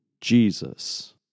Jesus